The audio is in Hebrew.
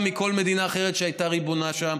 מכל מדינה אחרת שהייתה ריבונית שם.